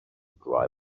driver